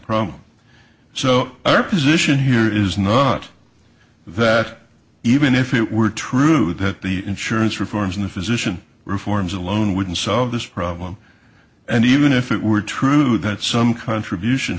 problem so our position here is not that even if it were true that the insurance reforms in the physician reforms alone wouldn't solve this problem and even if it were true that some contribution